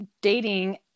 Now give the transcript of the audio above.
dating